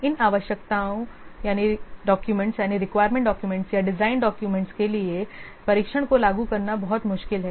इन आवश्यकताओं डॉक्यूमेंटस या design documents के लिए इस परीक्षण को लागू करना बहुत मुश्किल है